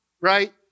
right